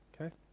okay